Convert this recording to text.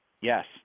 Yes